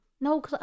no